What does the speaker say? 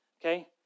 okay